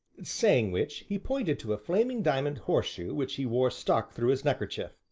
saying which, he pointed to a flaming diamond horseshoe which he wore stuck through his neckerchief.